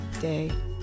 day